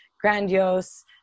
grandiose